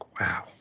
wow